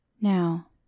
Now